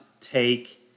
take